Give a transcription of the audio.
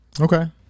Okay